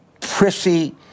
prissy